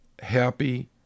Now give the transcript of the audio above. happy